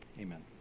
Amen